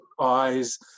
eyes